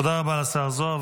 תודה רבה לשר זוהר.